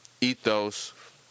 ethos